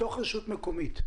בתוך רשות מקומית,